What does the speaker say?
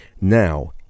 Now